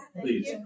please